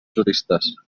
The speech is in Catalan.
juristes